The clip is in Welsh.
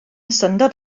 syndod